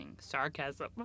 Sarcasm